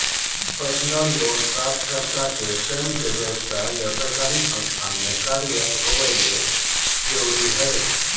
personal loan प्राप्तकर्ता के स्वयं के व्यव्साय या सरकारी संस्था में कार्यरत होबे ला जरुरी हइ